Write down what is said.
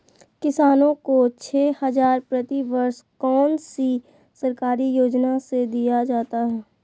किसानों को छे हज़ार प्रति वर्ष कौन सी सरकारी योजना से दिया जाता है?